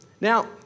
Now